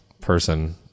person